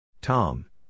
Tom